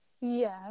Yes